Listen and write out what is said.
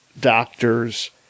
doctors